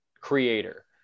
creator